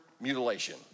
mutilation